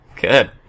Good